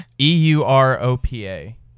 E-U-R-O-P-A